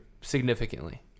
significantly